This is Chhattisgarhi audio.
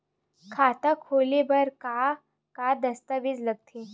खाता खोले बर का का दस्तावेज लगथे?